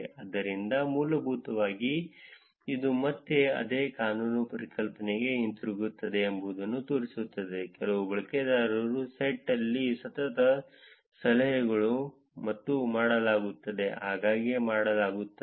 ಆದ್ದರಿಂದ ಮೂಲಭೂತವಾಗಿ ಇದು ಮತ್ತೆ ಅದೇ ಕಾನೂನು ಪರಿಕಲ್ಪನೆಗೆ ಹಿಂತಿರುಗುತ್ತಿದೆ ಎಂಬುದನ್ನು ತೋರಿಸುತ್ತದೆ ಕೆಲವು ಬಳಕೆದಾರರ ಸೆಟ್ ಅಲ್ಲಿ ಸತತ ಸಲಹೆಗಳು ಮತ್ತು ಮಾಡಲಾಗುತ್ತದೆ ಆಗಾಗ್ಗೆ ಮಾಡಲಾಗುತ್ತದೆ